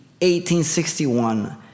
1861